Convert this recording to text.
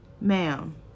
Ma'am